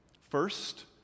First